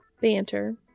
Banter